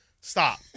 Stop